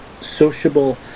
sociable